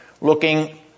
looking